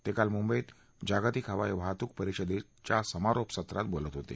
ते काल मुंबईत जागतिक हवाई वाहतूक परिषदेच्या समारोपाच्या सत्रात बोलत होते